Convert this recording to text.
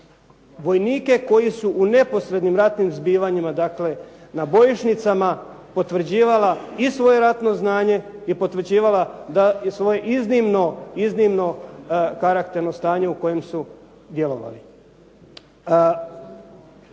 vojnike koji su u neposrednim ratnim zbivanjima, dakle, na bojišnicama potvrđivala i svoje ratno znanje i potvrđivala i svoj iznimno, iznimno karakterno stanje u kojem su djelovali.